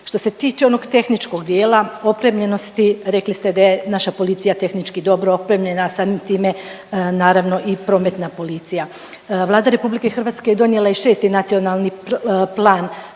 Što se tiče onog tehničkog dijela, opremljenosti, rekli ste da je naša policija tehnički dobro opremljena, samim time naravno i prometna policija. Vlada RH je donijela i 6. Nacionalni plan